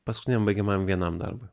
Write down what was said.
paskutiniam baigiamajam vienam darbui